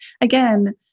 again